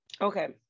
Okay